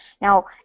Now